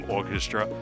Orchestra